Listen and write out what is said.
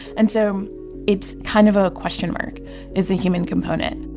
and so it's kind of a question mark is the human component